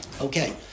Okay